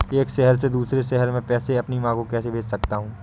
मैं एक शहर से दूसरे शहर में अपनी माँ को पैसे कैसे भेज सकता हूँ?